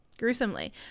gruesomely